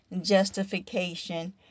justification